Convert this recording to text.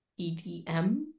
EDM